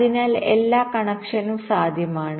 അതിനാൽ എല്ലാ കണക്ഷനും സാധ്യമാണ്